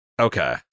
Okay